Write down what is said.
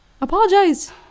apologize